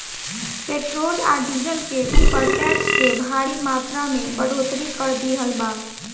petrol आ diesel के ऊपर टैक्स के भारी मात्रा में बढ़ोतरी कर दीहल बा